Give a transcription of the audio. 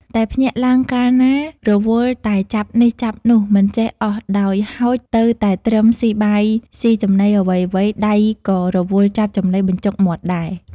តែភ្ញាក់ឡើងកាលណា រវល់តែចាប់នេះចាប់នោះ មិនចេះអស់ដោយហោចទៅតែត្រឹមស៊ីបាយស៊ី ចំណីអ្វី ៗ ដៃក៏រវល់ចាប់ចំណីបញ្ចុកមាត់ដែរ" ។